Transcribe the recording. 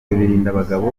birindabagabo